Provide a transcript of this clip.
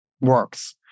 works